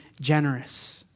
generous